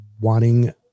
wanting